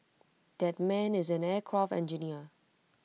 that man is an aircraft engineer